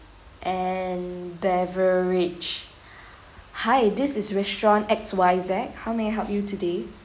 and beverage hi this is restaurant X_Y_Z how may I help you today